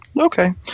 Okay